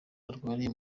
arwariye